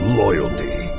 loyalty